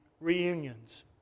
reunions